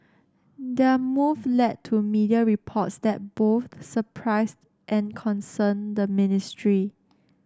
their move led to media reports that both surprised and concerned the ministry